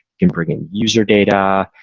can bring in user data.